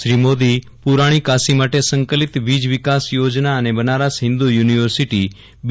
શ્રી મોદી પુરાણી કાશી માટે સંકલિત વીજ વિકાસ યોજના અને બનારસ હિન્દ યુનિવર્સિટી બી